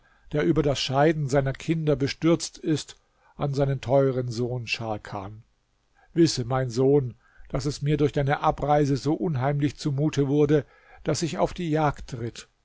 der über das scheiden seiner kinder bestürzt ist an seinen teuren sohn scharkan wisse mein sohn daß es mir durch deine abreise so unheimlich zumute wurde daß ich auf die jagd ritt